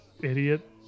idiot